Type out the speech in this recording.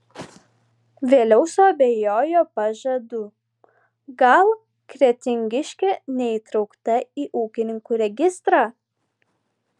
vėliau suabejojo pažadu gal kretingiškė neįtraukta į ūkininkų registrą